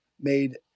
made